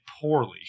poorly